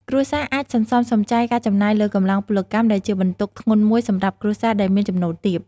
គ្រួសារអាចសន្សំសំចៃការចំណាយលើកម្លាំងពលកម្ម ដែលជាបន្ទុកធ្ងន់មួយសម្រាប់គ្រួសារដែលមានចំណូលទាប។